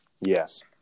Yes